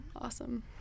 awesome